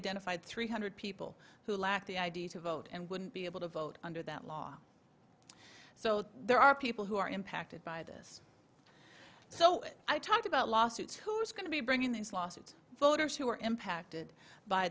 identified three hundred people who lack the id to vote and wouldn't be able to vote under that law so there are people who are impacted by this so i talked about lawsuits who's going to be bringing these lawsuits voters who are impacted by